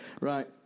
right